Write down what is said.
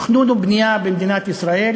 היא שתכנון ובנייה במדינת ישראל